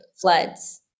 floods